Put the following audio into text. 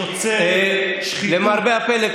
למרבה הפלא,